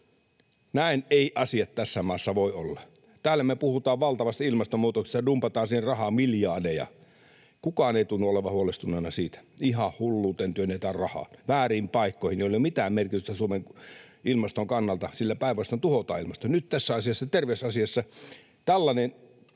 Näin eivät asiat tässä maassa voi olla. Täällä me puhutaan valtavasti ilmastonmuutoksesta ja dumpataan siihen rahaa miljardeja. Kukaan ei tunnu olevan huolestunut siitä. Ihan hulluuteen työnnetään rahaa, vääriin paikkoihin, joilla ei ole mitään merkitystä Suomen ilmaston kannalta — sillä päinvastoin tuhotaan ilmastoa. Nyt tässä asiassa, terveysasiassa, tällainen